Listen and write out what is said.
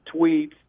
tweets